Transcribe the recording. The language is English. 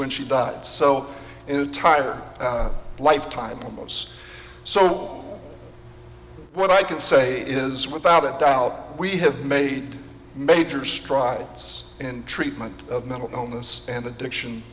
when she died so entire life time was so what i can say is without a doubt we have made major strides in treatment of mental illness and addiction